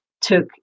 took